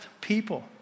people